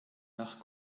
nach